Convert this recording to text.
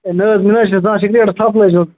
ہَے نہَ حظ مےٚ نہَ حظ چھےٚ نہٕ زانٛہہ سِگریٹس تھپھ لٔجمٕژ